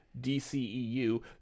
DCEU